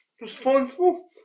responsible